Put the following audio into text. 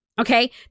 Okay